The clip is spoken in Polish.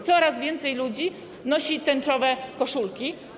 Coraz więcej ludzi nosi tęczowe koszulki.